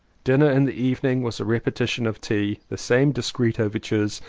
dinner in the evening was a repeti tion of tea, the same discreet overtures,